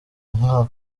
nka